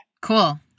Cool